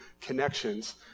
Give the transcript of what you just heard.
connections